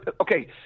Okay